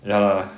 ya lah